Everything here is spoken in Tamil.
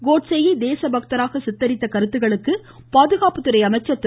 கோட்சேயை தேசபக்தராக சித்தரித்த கருத்துக்களுக்கு பாதுகாப்புத்துறை அமைச்சர் திரு